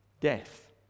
death